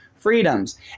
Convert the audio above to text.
freedoms